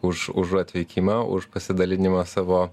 už už atvykimą už pasidalinimą savo